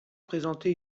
présenté